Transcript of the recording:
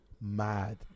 mad